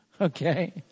Okay